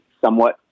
somewhat